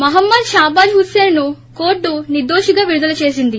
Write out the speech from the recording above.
మహ్మద్ షాబాజ్ హుస్పిన్ను కోర్టు నిర్దోషిగా విడుదల చేసింది